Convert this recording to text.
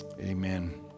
Amen